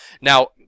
Now